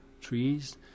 trees